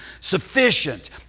sufficient